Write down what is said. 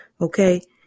Okay